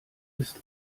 ist